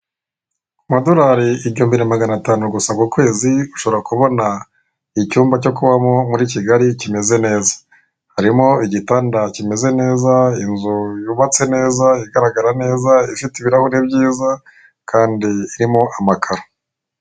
Ku madorari igihumbi na maganatanu gusa ku kwezi ushobora kubona icyumba cyo kubamo muri Kigali kimeze neza harimo igitanda kimeze neza, inzu yubatse neza igaragara neza ifite ibirahure byiza kandi irimo amakaro.